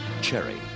Cherry